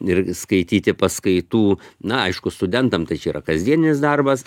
ir skaityti paskaitų na aišku studentam tai čia yra kasdienis darbas